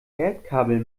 erdkabel